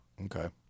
Okay